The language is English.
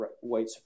white